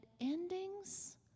endings